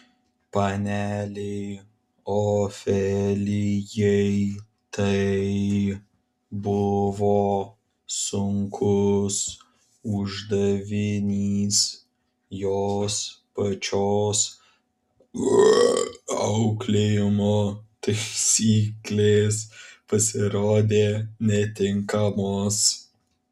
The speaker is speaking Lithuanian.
panelei ofelijai tai buvo sunkus uždavinys jos pačios auklėjimo taisyklės pasirodė netinkamos